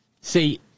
See